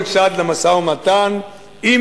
יבוא כל צד למשא-ומתן עם